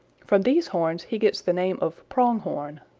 from these horns he gets the name of pronghorn.